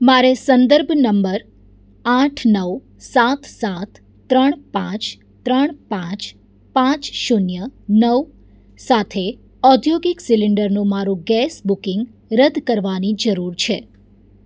મારે સંદર્ભ નંબર આઠ નવ સાત સાત ત્રણ પાંચ ત્રણ પાંચ પાંચ શૂન્ય નવ સાથે ઔદ્યોગિક સિલિન્ડરનું મારું ગેસ બુકિંગ રદ કરવાની જરૂર છે